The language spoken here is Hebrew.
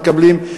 מתקבלים.